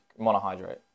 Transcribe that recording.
monohydrate